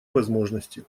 возможности